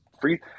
free